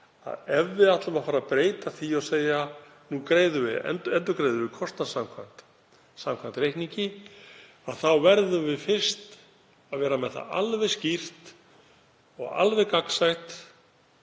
ef við ætlum að fara að breyta því og segja: Nú endurgreiðum við kostnað samkvæmt reikningi, þá verðum við fyrst að vera með það alveg skýrt og alveg gagnsætt